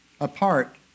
apart